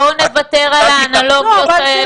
בואו נוותר על האנלוגיות האלה.